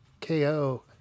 KO